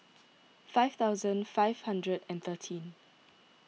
five thousand five hundred and thirteen